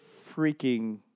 freaking